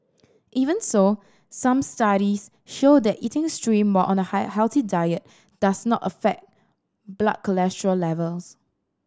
even so some studies show that eating shrimp while on a healthy diet does not affect blood cholesterol levels